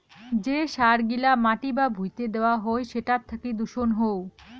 যে সার গিলা মাটি বা ভুঁইতে দেওয়া হই সেটার থাকি দূষণ হউ